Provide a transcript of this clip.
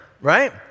right